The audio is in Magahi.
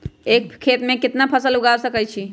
एक खेत मे केतना फसल उगाय सकबै?